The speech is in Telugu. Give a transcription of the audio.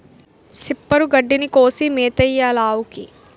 సిప్పరు గడ్డిని కోసి మేతెయ్యాలావుకి